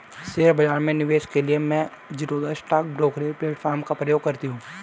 share बाजार में निवेश के लिए मैं ज़ीरोधा स्टॉक ब्रोकरेज प्लेटफार्म का प्रयोग करती हूँ